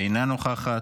אינה נוכחת,